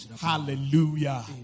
Hallelujah